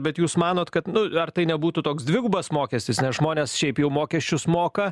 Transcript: bet jūs manot kad nu ar tai nebūtų toks dvigubas mokestis nes žmonės šiaip jau mokesčius moka